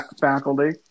faculty